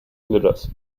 glitters